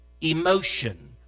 emotion